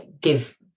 give